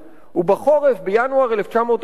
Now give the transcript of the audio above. ובחורף, בינואר 1944,